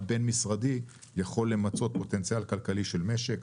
בין-משרדי יכול למצות פוטנציאל כלכלי של משק.